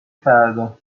فردا